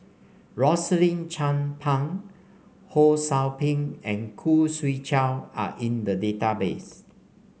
Rosaline Chan Pang Ho Sou Ping and Khoo Swee Chiow are in the database